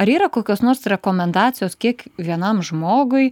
ar yra kokios nors rekomendacijos kiek vienam žmogui